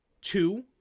two